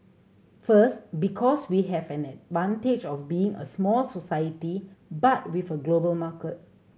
first because we have an advantage of being a small society but with a global market